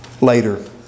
Later